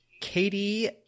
Katie